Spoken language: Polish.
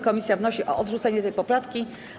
Komisje wnoszą o odrzucenie tej poprawki.